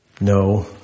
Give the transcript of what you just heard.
no